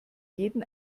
jeden